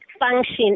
function